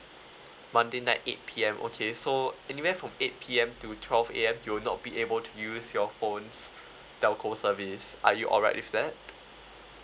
monday night eight P_M okay so anywhere from eight P_M to twelve A_M you will not be able to use your phone's telco service are you alright with that